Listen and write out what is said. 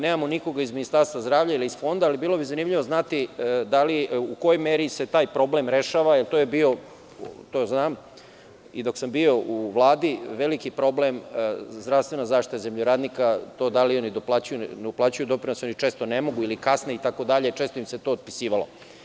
Nemamo nikoga iz Ministarstva zdravlja ili iz fonda, ali bilo bi zanimljivo znati da li i u kojoj meri se taj problem rešava, jer to je bio, a to znam i dok sam bio u Vladi, veliki problem zdravstvene zaštite zemljoradnika, to da li oni doplaćuju ili ne uplaćuju doprinose, ili često ne mogu, ili kasne itd. često im se to otpisivalo.